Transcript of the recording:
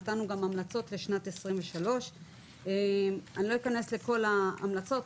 נתנו גם המלצות לשנת 2023. לא אכנס לכל ההמלצות,